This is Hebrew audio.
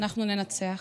אנחנו ננצח.